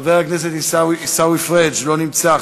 חבר הכנסת עיסאווי פריג' לא נמצא,